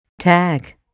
tag